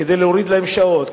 כדי להוריד להם שעות,